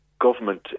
government